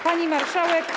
Pani Marszałek!